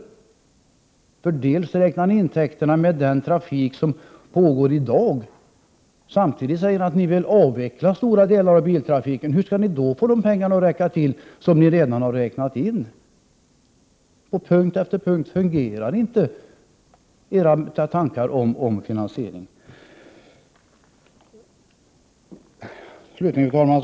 Ni räknar med intäkterna från den trafik som vi i dag har, samtidigt som ni vill få bort en stor del av biltrafiken. Hur skall då dessa pengar, som ni redan har räknat in, räcka till? På punkt efter punkt visar det sig att era idéer inte fungerar. Fru talman!